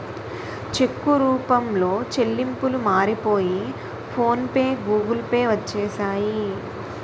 చెక్కు రూపంలో చెల్లింపులు మారిపోయి ఫోన్ పే గూగుల్ పే వచ్చేసాయి